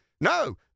No